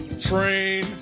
train